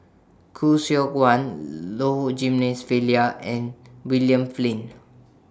Khoo Seok Wan Low Jimenez and William Flint